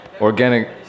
organic